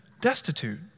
destitute